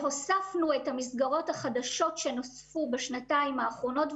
והוספנו את המסגרות החדשות שנוספו בשנתיים האחרונות,